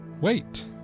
Wait